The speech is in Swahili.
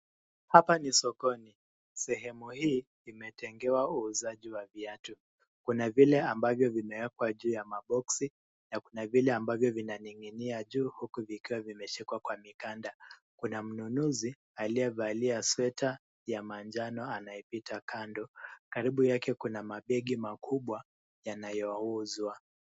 Hapa ni sokoni. Sehemu hii imetengewa uuzaji wa viatu. Kuna vile ambavyo vimewekwa juu ya maboksi, na kuna vile ambavyo vimening'inia juu huku vikiwa vimeshikwa kwa mikanda. Kuna mnunuzi, aliyevalia sweta ya manjano anayepita kando. Karibu yake kuna mabegi makubwa yanayouzwa.